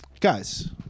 guys